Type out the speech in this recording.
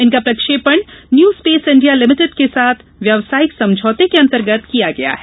इनका प्रक्षेपण New Space India Limited के साथ व्यावसायिक समझौते के अंतर्गत किया गया है